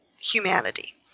humanity